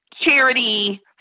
charity